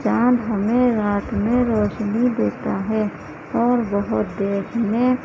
چاند ہمیں رات میں روشنی دیتا ہے اور بہت دیکھنے